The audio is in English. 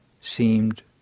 seemed